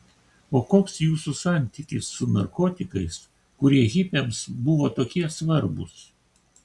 o koks jūsų santykis su narkotikais kurie hipiams buvo tokie svarbūs